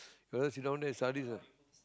ya then sit down there and studies lah